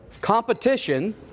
Competition